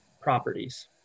properties